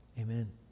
Amen